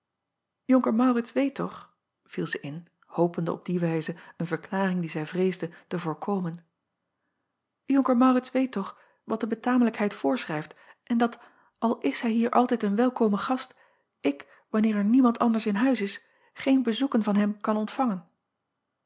onker aurits weet toch viel zij in hopende op die wijze een verklaring die zij vreesde te voorkomen onker aurits weet toch wat de betamelijkheid voorschrijft en dat al is hij hier altijd een welkome gast ik wanneer er niemand anders in huis is geen bezoeken van hem kan ontvangen